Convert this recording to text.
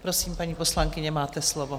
Prosím, paní poslankyně, máte slovo.